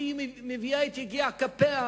והיא מביאה את יגיע כפיה,